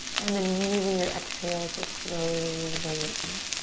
and then using your exhale to slowly bring it through.